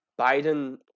Biden